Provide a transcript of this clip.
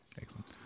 excellent